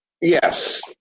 yes